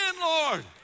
Lord